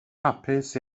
hapus